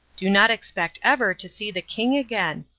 do not expect ever to see the king again,